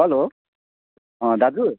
हलो दाजु